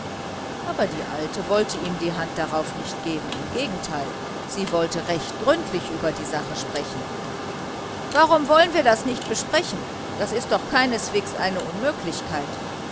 aber die alte wollte ihm die hand darauf nicht geben im gegenteil sie wollte recht gründlich über die sache sprechen warum wollen wir das nicht besprechen was doch keineswegs eine unmöglichkeit